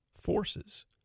forces